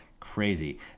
crazy